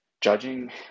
judging